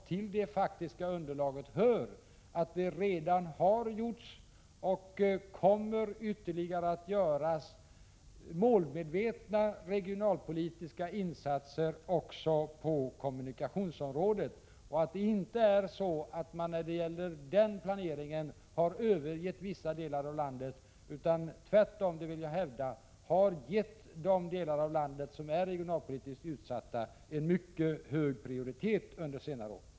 Till det faktiska underlaget hör att det redan har gjorts och kommer att göras ytterligare målmedvetna regionalpolitiska insatser också på kommunikationsområdet och att man när det gäller den planeringen inte har övergett vissa delar av landet. Tvärtom — det vill jag hävda — har man gett de delar av landet som är regionalpolitiskt utsatta en mycket hög prioritet under senare år.